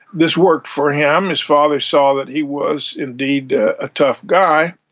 this worked for him. his father saw that he was indeed a tough guy,